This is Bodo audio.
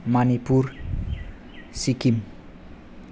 मनिपुर सिक्किम